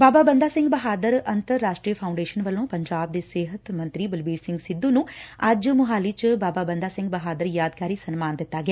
ਬਾਬਾ ਬੰਦਾ ਸਿੰਘ ਬਹਾਦਰ ਅੰਤਰ ਰਾਸ਼ਟਰੀ ਫਾਊਂਡੇਸ਼ਨ ਵੱਲੋਂ ਪੰਜਾਬ ਦੇ ਸਿਹਤ ਮੰਤਰੀ ਬਲਬੀਰ ਸਿੰਘ ਸਿੱਧੁ ਨੂੰ ਅੱਜ ਮੁਹਾਲੀ ਚ ਬਾਬਾ ਬੰਦਾ ਸਿੰਘ ਬਹਾਦਰ ਯਾਦਗਾਰੀ ਸਨਮਾਨ ਦਿੱਤਾ ਗਿਆ